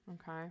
okay